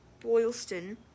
Boylston